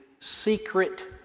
secret